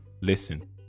listen